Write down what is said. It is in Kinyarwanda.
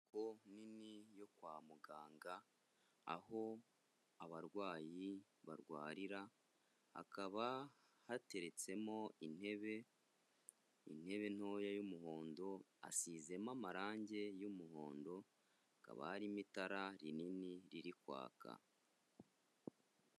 Go nini yo kwa muganga aho abarwayi barwarira hakaba hateretsemo intebe intebe ntoya y'umuhondo asizemo amarangi y'umuhondo hakaba harimo itara rinini riri kwaka.